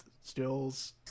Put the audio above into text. stills